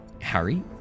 Harry